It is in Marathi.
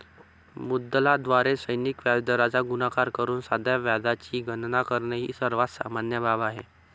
मुद्दलाद्वारे दैनिक व्याजदराचा गुणाकार करून साध्या व्याजाची गणना करणे ही सर्वात सामान्य बाब आहे